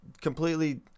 completely